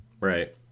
Right